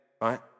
right